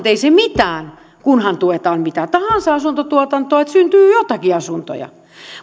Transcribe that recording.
ei se mitään kunhan tuetaan mitä tahansa asuntotuotantoa että syntyy jotakin asuntoja